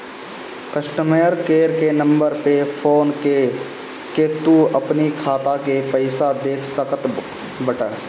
customer care के number पअ phone कअ के तू अपनी खाता के पईसा देख सकत बटअ